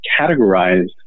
categorized